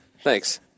Thanks